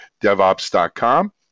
DevOps.com